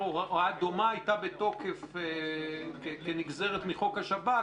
הוראה דומה הייתה בתוקף כנגזרת מחוק השב"כ,